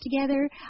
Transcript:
together